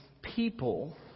people